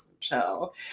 chill